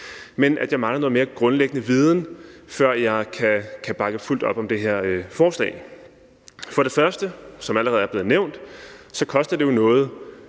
men at jeg mangler noget mere grundlæggende viden, før jeg kan bakke fuldt op om det her forslag. For det første, som det allerede er blevet nævnt, så koster det jo noget,